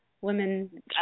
women